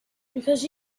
because